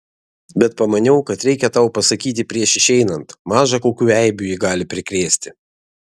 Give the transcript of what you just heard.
bet pamaniau kad reikia tau pasakyti prieš išeinant maža kokių eibių ji gali prikrėsti